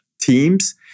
teams